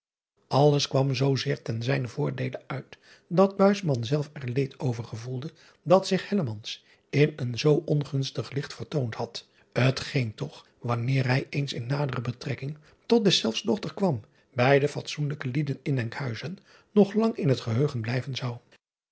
lles kwam zoo zeer ten zijnen voordeele uit dat zelf er leed over gevoelde dat zich in een zoo ongunstig licht vertoond had t geen toch wanneer hij eens in nadere betrekking tot deszelfs dochter kwam bij de fatsoenlijke lieden in nkhuizen nog lang in het geheugen blijven zou